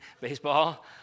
baseball